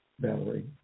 Valerie